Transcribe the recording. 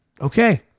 Okay